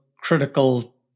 critical